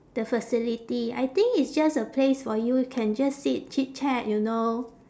the facility I think it's just a place for you can just sit chit chat you know